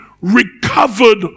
recovered